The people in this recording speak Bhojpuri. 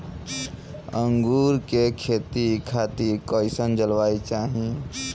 अंगूर के खेती खातिर कइसन जलवायु चाही?